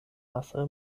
masse